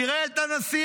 נראה את הנשיא.